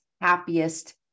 happiest